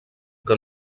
que